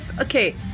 Okay